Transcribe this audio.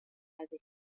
هذه